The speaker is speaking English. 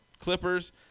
clippers